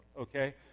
okay